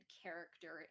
character